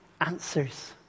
answers